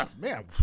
man